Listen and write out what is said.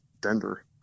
Denver